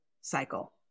cycle